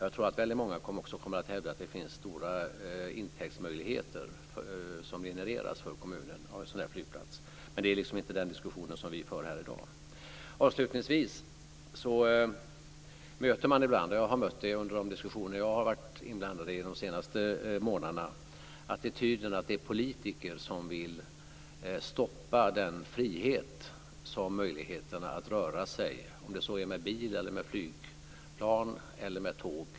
Jag tror att väldigt många också kommer att hävda att en sådan flygplats genererar stora intäktsmöjligheter för kommunen, men det är inte den diskussionen om vi för här i dag. Avslutningsvis vill jag säga att man ibland möter - jag har mött den i de diskussioner jag har varit inblandad i de senaste månaderna - attityden att det är politiker som vill stoppa den frihet som möjligheterna att röra sig innebär, om det så är med bil, med flygplan eller med tåg.